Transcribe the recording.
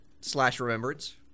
Slash-remembrance